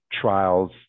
trials